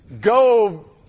go